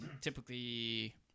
typically